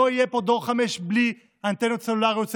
לא יהיה פה דור 5 בלי אנטנות סלולריות,